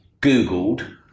googled